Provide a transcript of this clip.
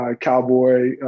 Cowboy